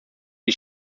die